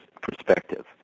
perspective